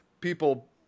people –